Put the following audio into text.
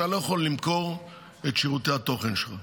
אתה לא יכול למכור את שירותי התוכן שלך.